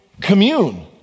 commune